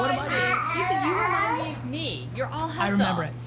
what am i doing? you said, you remind me of me, you're all hustle.